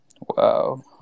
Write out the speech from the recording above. Wow